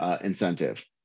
incentive